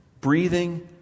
breathing